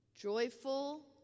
Joyful